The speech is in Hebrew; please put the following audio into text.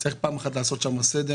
צריך לעשות שם פעם